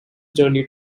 journey